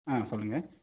ஆ சொல்லுங்கள்